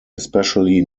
especially